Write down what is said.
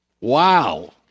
wow